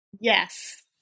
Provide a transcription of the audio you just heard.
yes